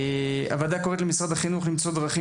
הוועדה קוראת למשרד החינוך למצוא דרכים